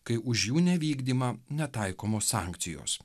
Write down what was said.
kai už jų nevykdymą netaikomos sankcijos